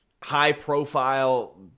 high-profile